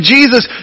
Jesus